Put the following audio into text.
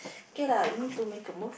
okay lah we need to make a move